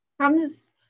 comes